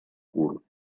curt